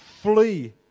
flee